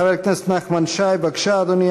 חבר הכנסת נחמן שי, בבקשה, אדוני.